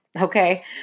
Okay